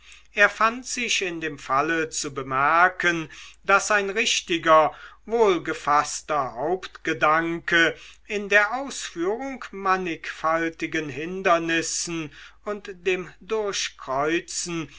er fand sich in dem falle zu bemerken daß ein richtiger wohlgefaßter hauptgedanke in der ausführung mannigfaltigen hindernissen und dem durchkreuzen